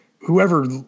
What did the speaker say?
whoever –